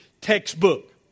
textbook